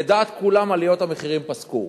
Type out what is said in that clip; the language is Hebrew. לדעת כולם עליות המחירים פסקו.